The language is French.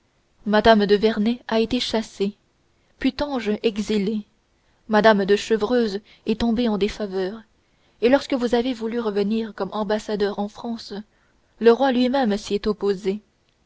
mme de vernet a été chassée putange exilé mme de chevreuse est tombée en défaveur et lorsque vous avez voulu revenir comme ambassadeur en france le roi lui-même souvenez vous en milord le roi lui-même s'y est